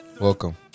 Welcome